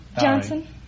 Johnson